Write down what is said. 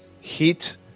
heat